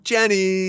Jenny